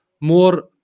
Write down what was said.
more